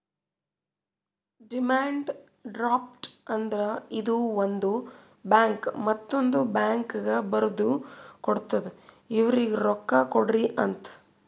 demand draft ಅಂದ್ರ ಇದು ಒಂದು ಬ್ಯಾಂಕ್ ಮತ್ತೊಂದ್ ಬ್ಯಾಂಕ್ಗ ಬರ್ದು ಕೊಡ್ತಾದ್ ಇವ್ರಿಗ್ ರೊಕ್ಕಾ ಕೊಡ್ರಿ ಅಂತ್